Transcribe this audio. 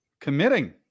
Committing